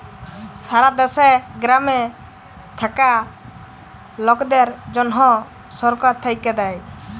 সারা দ্যাশে গ্রামে থাক্যা লকদের জনহ সরকার থাক্যে দেয়